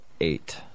eight